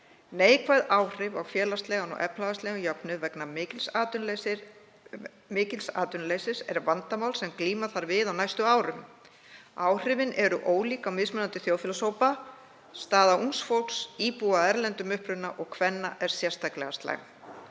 Neikvæð áhrif á félagslegan og efnahagslegan jöfnuð vegna mikils atvinnuleysis er vandamál sem glíma þarf við á næstu árum. Áhrifin eru ólík á mismunandi þjóðfélagshópa. Staða ungs fólks, íbúa af erlendum uppruna og kvenna er sérstaklega slæm.